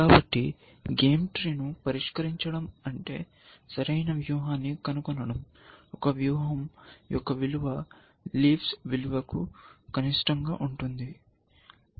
కాబట్టి game tree ను పరిష్కరించడం అంటే సరైన వ్యూహాన్ని కనుగొనడం ఒక వ్యూహం యొక్క విలువ లీవ్స్ విలువకు కనిష్టంగా ఉంటుంది